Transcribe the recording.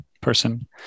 person